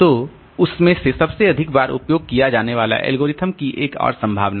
तो उस में से सबसे अधिक बार उपयोग किया जाने वाला एल्गोरिथ्म की एक और संभावना है